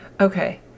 Okay